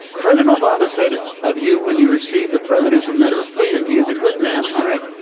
president obama said of you when you receive the presidential medal of freedom. he is a good man. all right,